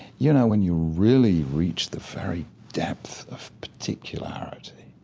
you know, when you really reach the very depth of particularity,